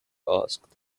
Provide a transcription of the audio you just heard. asked